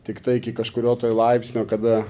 tiktai iki kažkurio laipsnio kada